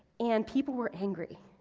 and people were angry.